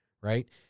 right